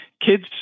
kids